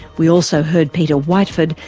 we also heard peter whiteford,